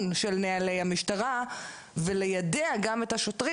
של נהלי המשטרה וליידע גם את השוטרים.